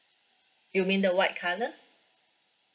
you mean the white colour